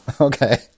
Okay